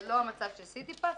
זה לא המצב של סיטי פס,